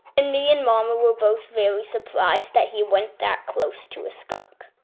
and me and momma were both very surprised that he went that close to a skunk.